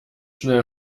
schnell